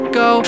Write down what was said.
go